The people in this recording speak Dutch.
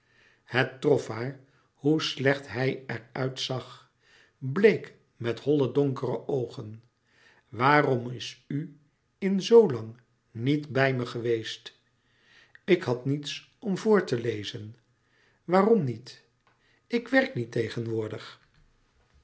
het trof haar hoe slecht hij er uit zag bleek met holle donkere oogen waarom is u in zoo lang niet bij me geweest ik had niets om voor te lezen waarom niet ik werk niet tegenwoordig